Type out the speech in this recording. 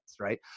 right